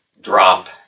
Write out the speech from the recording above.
drop